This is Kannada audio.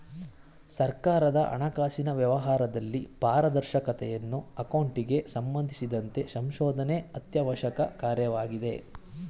ಸರ್ಕಾರದ ಹಣಕಾಸಿನ ವ್ಯವಹಾರದಲ್ಲಿ ಪಾರದರ್ಶಕತೆಯನ್ನು ಅಕೌಂಟಿಂಗ್ ಸಂಬಂಧಿಸಿದಂತೆ ಸಂಶೋಧನೆ ಅತ್ಯವಶ್ಯಕ ಕಾರ್ಯವಾಗಿದೆ